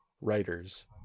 writers